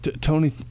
Tony